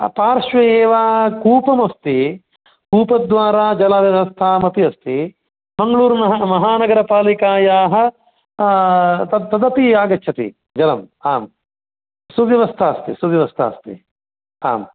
पार्श्वे एव कूपमस्ति कूपद्वारा जलव्यवस्थामपि अस्ति मङ्गलूर् महा महानगरपालिकायाः तत् तदपि आगच्छति जलं सुव्यवस्था अस्ति सुव्यवस्था अस्ति आम्